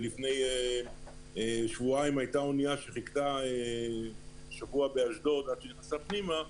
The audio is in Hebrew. שלפני שבועיים הייתה אונייה שחיכתה שבוע באשדוד עד שהיא נכנסה פנימה,